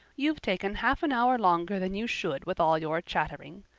you've taken half an hour longer than you should with all your chattering.